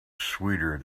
sweeter